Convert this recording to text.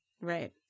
right